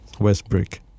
Westbrook